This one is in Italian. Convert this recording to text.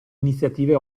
iniziative